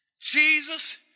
Jesus